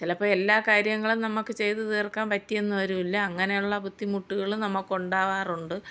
ചിലപ്പം എല്ലാ കാര്യങ്ങളും നമുക്ക് ചെയ്ത് തീർക്കാൻ പറ്റിയെന്ന് വരൂല്ല അങ്ങനെയുള്ള ബുദ്ധിമുട്ടുകൾ നമുക്ക് ഉണ്ടാവാറുണ്ട്